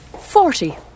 Forty